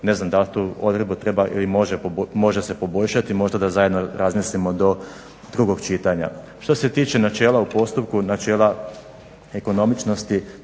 ne znam da li tu odredbu treba ili može se poboljšati. Možda da zajedno razmislimo do drugog čitanja. Što se tiče načela u postupku, načela ekonomičnosti,